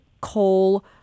coal